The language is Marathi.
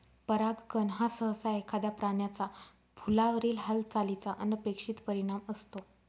परागकण हा सहसा एखाद्या प्राण्याचा फुलावरील हालचालीचा अनपेक्षित परिणाम असतो